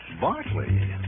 Bartley